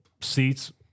seats